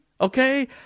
Okay